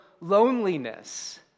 loneliness